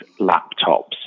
laptops